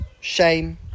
shame